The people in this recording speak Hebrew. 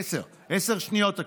שניות.